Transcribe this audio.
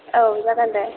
औ जागोन दे